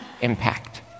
impact